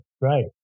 right